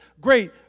great